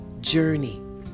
journey